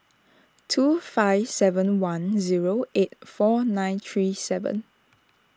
two five seven one zero eight four nine three seven